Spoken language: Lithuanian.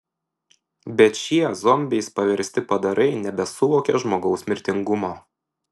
bet šie zombiais paversti padarai nebesuvokė žmogaus mirtingumo